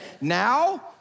Now